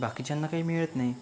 बाकीच्यांना काही मिळत नाही